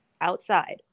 outside